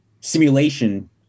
simulation